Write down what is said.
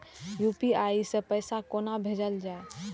UPI सै पैसा कोना भैजल जाय?